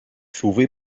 sauvée